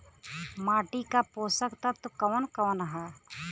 माटी क पोषक तत्व कवन कवन ह?